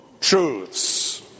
truths